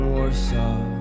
Warsaw